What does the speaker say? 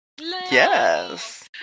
Yes